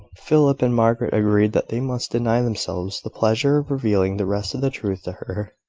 philip and margaret agreed that they must deny themselves the pleasure of revealing the rest of the truth to her,